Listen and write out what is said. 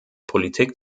politik